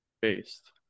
based